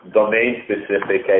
domain-specific